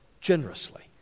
generously